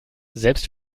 selbst